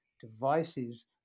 devices